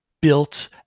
built